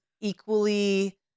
equally